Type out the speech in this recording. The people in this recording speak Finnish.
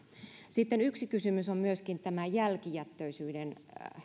sitten yksi kysymys on myöskin tämä jälkijättöisyyden